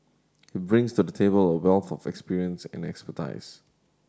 he brings to the table a wealth of experience and expertise